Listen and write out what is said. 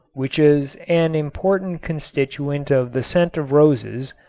which is an important constituent of the scent of roses,